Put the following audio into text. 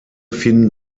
finden